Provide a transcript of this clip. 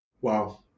Wow